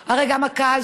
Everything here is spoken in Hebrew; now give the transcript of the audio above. על עצמכם,